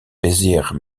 bezig